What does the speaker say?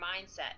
mindset